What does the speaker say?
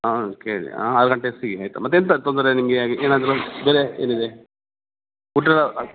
ಹಾಂ ಕೇಳಿ ಹಾಂ ಆರು ಗಂಟೆಗ್ ಸಿಗಿ ಆಯಿತಾ ಮತ್ತೆಂತ ತೊಂದರೆ ನಿಮಗೆ ಹಾಗೆ ಏನಾದರು ಬೇರೆ ಏನಿದೆ ಫುಡ್